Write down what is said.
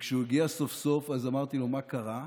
כשהוא הגיע סוף-סוף, שאלתי אותו מה קרה.